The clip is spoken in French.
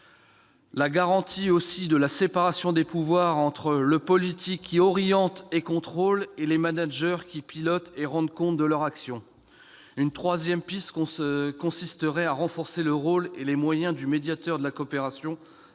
la garantie de la séparation des pouvoirs entre le politique, qui oriente et contrôle, et les managers, qui pilotent et rendent compte de leur action. Une troisième piste consisterait à renforcer le rôle et les moyens du médiateur de la coopération,